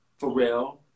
Pharrell